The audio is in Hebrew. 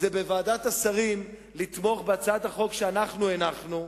הוא בוועדת השרים לתמוך בהצעת החוק שאנחנו הנחנו,